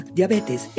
diabetes